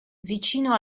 vicino